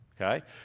Okay